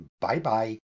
Bye-bye